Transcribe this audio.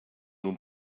nun